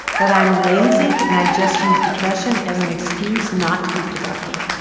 that i am lazy and i just use depression as an excuse not to be productive.